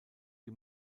die